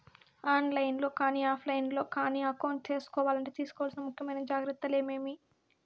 On line లో కానీ offline లో కానీ అకౌంట్ సేసుకోవాలంటే తీసుకోవాల్సిన ముఖ్యమైన జాగ్రత్తలు ఏమేమి?